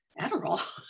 Adderall